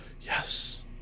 Yes